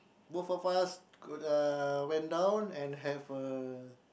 both of us got uh went down and have a